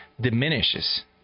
diminishes